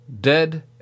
dead